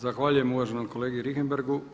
Zahvaljujem uvaženom kolegi Richemberghu.